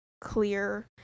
clear